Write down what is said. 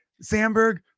Sandberg